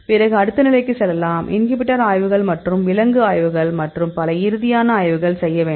பிறகு அடுத்த நிலைக்கு செல்லலாம் இன்ஹிபிட்டர் ஆய்வுகள் மற்றும் விலங்கு ஆய்வுகள் மற்றும் பல இறுதியான ஆய்வுகள் செய்ய வேண்டும்